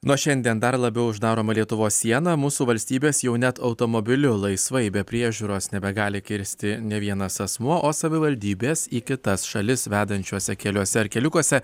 nuo šiandien dar labiau uždaroma lietuvos siena mūsų valstybės jau net automobiliu laisvai be priežiūros nebegali kirsti ne vienas asmuo o savivaldybės į kitas šalis vedančiuose keliuose ar keliukuose